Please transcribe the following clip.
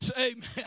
Amen